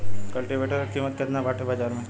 कल्टी वेटर क कीमत केतना बाटे बाजार में?